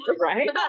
Right